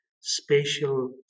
spatial